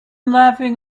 laughing